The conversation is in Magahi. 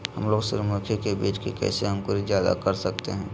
हमलोग सूरजमुखी के बिज की कैसे अंकुर जायदा कर सकते हैं?